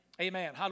Amen